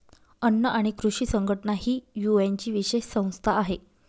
अन्न आणि कृषी संघटना ही युएनची विशेष संस्था आहे